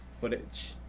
footage